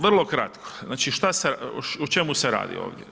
Vrlo kratko, znači o čemu se radi ovdje?